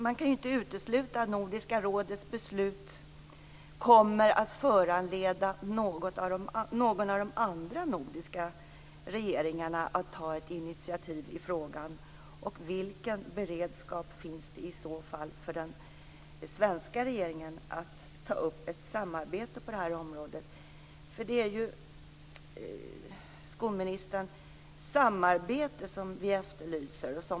Man kan inte utesluta att Nordiska rådets beslut kommer att föranleda någon av de andra nordiska regeringarna att ta ett initiativ i frågan. Vilken beredskap finns det i så fall hos den svenska regeringen att ta upp ett samarbete på det här området? Det är ju samarbete som vi efterlyser, skolministern.